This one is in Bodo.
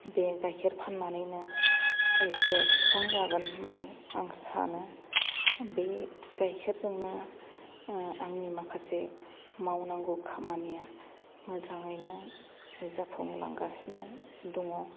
बे गायखेर फान्नानैनो एसे सुस्रांजागोन होन्नानै आं सानो बे गायखेरजोंनो आंनि माखासे मावनांगौ खामानिया मोजाङैनो जाफुंलांगासिनो दङ